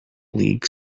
league